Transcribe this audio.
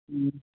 ᱦᱮᱸ